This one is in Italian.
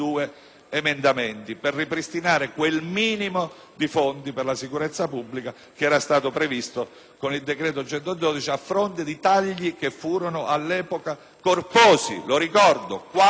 per ripristinare quel minimo di fondi per la sicurezza pubblica che era stato previsto con il decreto-legge n. 112 a fronte di tagli che furono all'epoca corposi. Lo ricordo: si trattava